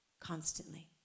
constantly